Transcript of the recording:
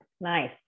Nice